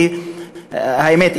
כי האמת,